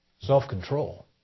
Self-control